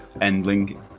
Endling